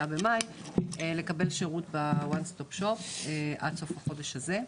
במאי לקבל שירות ב-ONE STOP SHOP עד סוף החודש הזה,